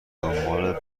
دنباله